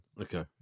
Okay